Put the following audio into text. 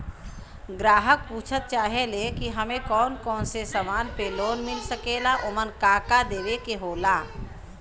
ग्राहक पुछत चाहे ले की हमे कौन कोन से समान पे लोन मील सकेला ओमन का का देवे के होला?